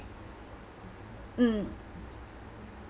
mm